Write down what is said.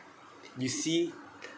you see